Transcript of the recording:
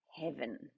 heaven